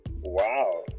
Wow